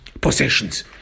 possessions